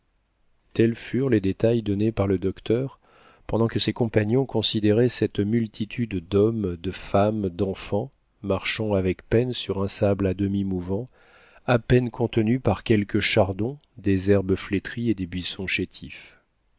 tels furent les détails donnés par le docteur pendant que ses compagnons considéraient cette multitude d'hommes de femmes d'enfants marchant avec peine sur un sable à demi mouvant à peine contenu par quelques chardons des herbes flétries et des buissons chétifs